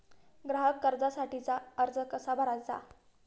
ग्राहक कर्जासाठीचा अर्ज कसा भरायचा?